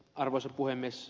arvoisa puhemies